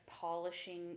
polishing